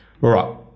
right